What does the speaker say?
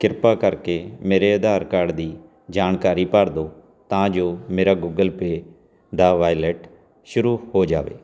ਕਿਰਪਾ ਕਰਕੇ ਮੇਰੇ ਆਧਾਰ ਕਾਰਡ ਦੀ ਜਾਣਕਾਰੀ ਭਰ ਦਿਓ ਤਾਂ ਜੋ ਮੇਰਾ ਗੁਗਲ ਪੇ ਦਾ ਵਾਇਲਟ ਸ਼ੁਰੂ ਹੋ ਜਾਵੇ